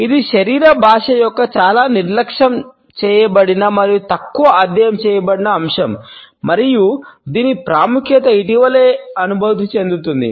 ఇది శరీర భాష యొక్క చాలా నిర్లక్ష్యం చేయబడిన మరియు తక్కువ అధ్యయనం చేయబడిన అంశం మరియు దాని ప్రాముఖ్యత ఇటీవలే అనుభూతి చెందుతోంది